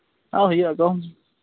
ᱦᱩᱭᱩᱜᱼᱟ ᱠᱚ